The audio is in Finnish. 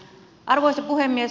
arvoisa puhemies